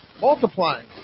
Multiplying